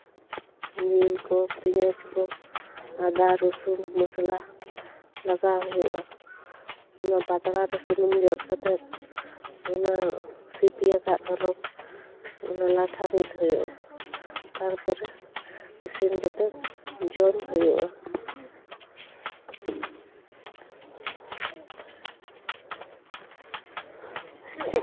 ᱡᱤᱞ ᱠᱚ ᱯᱮᱸᱭᱟᱡ ᱠᱚ ᱟᱫᱟ ᱨᱚᱥᱩᱱ ᱢᱚᱥᱞᱟ ᱞᱟᱜᱟᱣ ᱦᱩᱭᱩᱜᱼᱟ ᱚᱱᱟ ᱯᱟᱛᱲᱟ ᱨᱮ ᱥᱩᱱᱩᱢ ᱡᱚᱫ ᱠᱟᱛᱮ ᱚᱱᱟ ᱥᱤᱯᱤᱭᱟᱠᱟᱫ ᱦᱚᱞᱚᱝ ᱚᱱᱟ ᱞᱟᱴᱷᱟ ᱢᱤᱫ ᱦᱩᱭᱩᱜᱼᱟ ᱛᱟᱨᱯᱚᱨᱮ ᱤᱥᱤᱱ ᱠᱟᱛᱮ ᱡᱚᱢ ᱦᱩᱭᱩᱜᱼᱟ